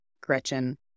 gretchen